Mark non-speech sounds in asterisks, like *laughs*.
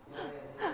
*laughs*